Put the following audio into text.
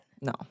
No